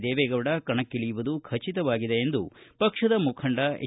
ದೇವೇಗೌಡ ಕಣಕ್ಕಳಿಯುವುದು ಖಚಿತವಾಗಿದೆ ಎಂದು ಪಕ್ಷದ ಮುಖಂಡ ಎಚ್